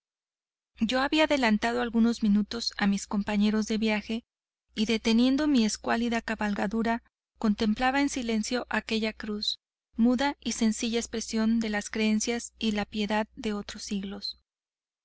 yo había adelantado algunos minutos a mis compañeros de viaje y deteniendo mi escuálida cabalgadura contemplaba en silencio aquella cruz muda y sencilla expresión de las creencia y la piedad de otros siglos